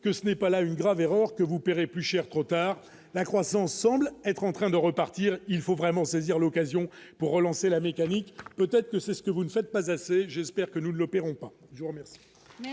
que ce n'est pas là une grave erreur que vous paierez plus cher, trop tard, la croissance semble être en train de repartir, il faut vraiment saisir l'occasion pour relancer la mécanique, peut-être que c'est ce que vous ne faites pas assez, j'espère que nous n'opérons pas